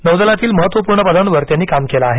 नौदलातील महत्त्वपूर्ण पदावर त्यांनी काम केलं आहे